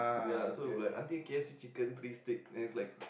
ya so like aunty k_f_c chicken three stick then it's like